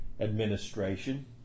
administration